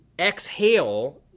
exhale